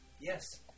yes